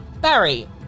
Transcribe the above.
Barry